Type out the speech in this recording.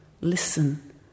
Listen